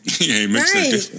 Right